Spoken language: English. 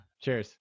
Cheers